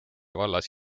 vallas